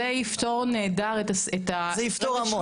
זה יפתור נהדר את ה --- זה יפתור המון.